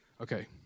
Okay